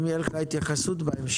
אם תהיה לך התייחסות בהמשך...